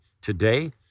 today